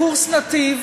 לקורס "נתיב",